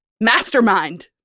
mastermind